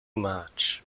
much